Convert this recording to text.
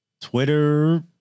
Twitter